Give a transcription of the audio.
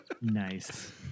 Nice